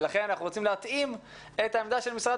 לכן אנחנו רוצים להתאים את העמדה של משרד